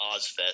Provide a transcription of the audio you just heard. Ozfest